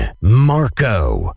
Marco